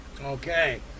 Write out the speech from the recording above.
okay